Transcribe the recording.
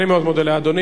אני מאוד מודה לאדוני.